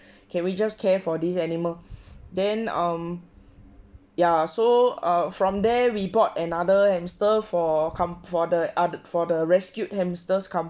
can we just care for these animal then um ya so err from there we bought another hamster for come for the other for the rescued hamsters company